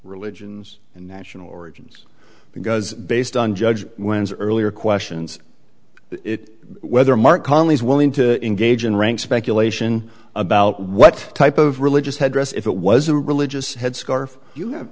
religions and national origins because based on judge when's earlier questions it whether mark conley is willing to engage in rank speculation about what type of religious headdress if it was a religious headscarf you have